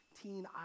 teen